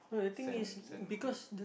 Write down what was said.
sand sand pit